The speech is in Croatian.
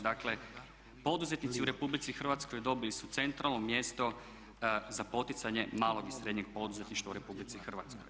Dakle poduzetnici u RH dobili su centralno mjesto za poticanje malog i srednjeg poduzetništva u RH.